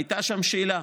הייתה שם שאלה,